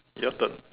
your turn